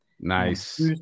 nice